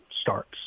starts